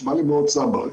נשמע לי מאוד צברי.